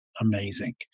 amazing